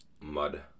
mud